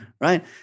Right